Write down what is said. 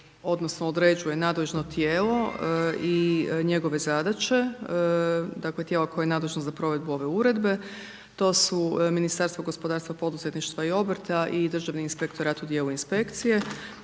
odnosno određuje nadležno tijelo i njegove zadaće, dakle, tijela koje je nadležno za provedbu ove Uredbe. To su Ministarstvo gospodarstva, poduzetništva i obrta i Državni inspektorat u dijelu inspekcije.